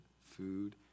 food